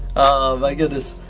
oh my goodness.